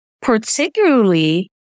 particularly